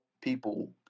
people